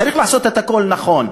צריך לעשות את הכול נכון.